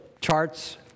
charts